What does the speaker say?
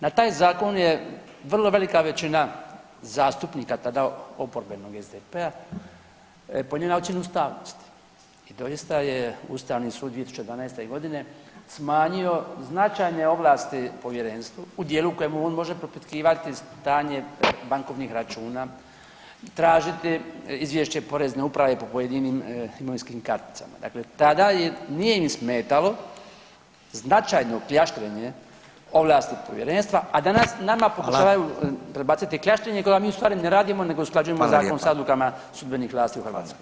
Na taj zakon je vrlo velika većina zastupnika tada oporbenog SDP-a podnijela ocjenu ustavnosti i doista je ustavni sud 2012.g. smanjio značajne ovlasti povjerenstvu u dijelu u kojem on može propitkivati stanje bankovnih računa, tražiti izvješće porezne uprave po pojedinim imovinskim karticama, dakle tada im nije smetalo značajno kljaštrenje ovlasti povjerenstva, a danas nama pokušavaju prebaciti kljaštrenje koda mi u stvari ne radimo nego usklađujemo zakon sa odlukama sudbenih vlasti u Hrvatskoj.